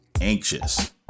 anxious